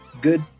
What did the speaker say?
good